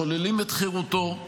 שוללים את חירותו,